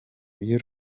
iyo